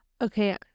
Okay